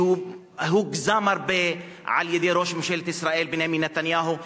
שהוא הוגזם הרבה על-ידי ראש ממשלת ישראל בנימין נתניהו,